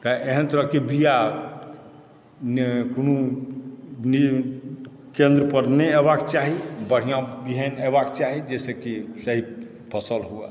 कए एहन तरहकेँ बिआ नहि कोनो केन्द्रपर नहि एबाक चाही बढ़िआँ एहन एबाक चाही जहिसँ कि सही फसल हुअऽ